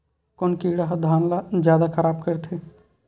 कोन कीड़ा ह धान ल जादा खराब करथे?